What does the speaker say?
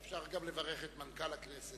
אפשר לברך גם את מנכ"ל הכנסת.